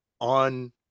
on